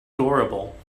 adorable